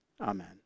Amen